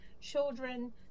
children